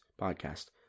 podcast